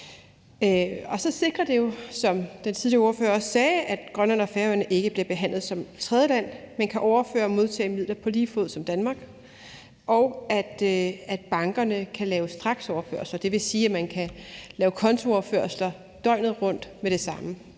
Og så sikrer det jo, som den tidligere ordfører også sagde, at Grønland og Færøerne ikke bliver behandlet som tredjeland, men kan overføre og modtage midler på lige fod med Danmark, og at bankerne kan lave straksoverførsler. Det vil sige, at man kan lave kontooverførsler døgnet rundt med det samme,